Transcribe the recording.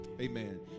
Amen